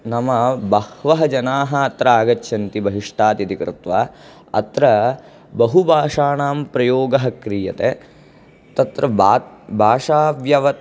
नाम बह्वः जनाः अत्र आगच्छन्ति बहिष्टात् इति कृत्वा अत्र बहुभाषाणाम् प्रयोगः क्रियते तत्र भाषाव्यव